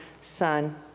Son